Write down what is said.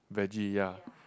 vege ya